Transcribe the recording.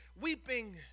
weeping